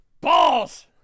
Balls